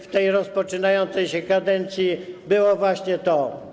w tej rozpoczynającej się kadencji, było właśnie to.